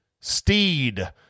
Steed